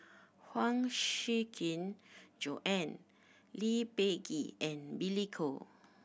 Huang Shiqi Joan Lee Peh Gee and Billy Koh